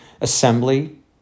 assembly